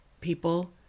people